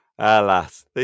Alas